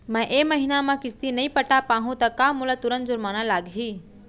मैं ए महीना किस्ती नई पटा पाहू त का मोला तुरंत जुर्माना लागही?